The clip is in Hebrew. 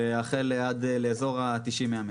ועד לאזור 100-90 מטר.